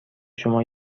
شما